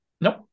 Nope